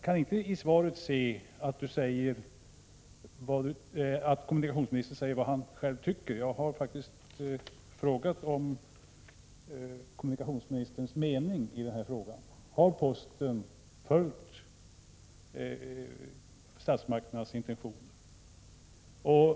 För det första: Jag kan inte av svaret utläsa att kommunikationsministern där ger uttryck åt vad han själv anser, men jag har faktiskt frågat om kommunikationsministerns mening i det aktuella fallet. Har posten följt statsmakternas intentioner?